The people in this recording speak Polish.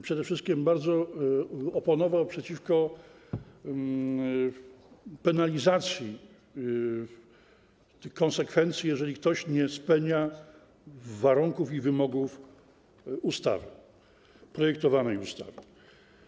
Przede wszystkim bardzo oponował przeciwko penalizacji konsekwencji, jeżeli ktoś nie spełnia warunków i wymogów zapisanych w projektowanej ustawie.